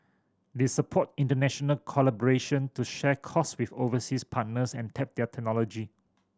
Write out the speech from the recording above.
they support international collaboration to share cost with overseas partners and tap their technology